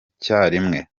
icyarimwe